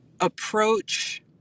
Approach